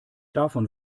davon